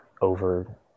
over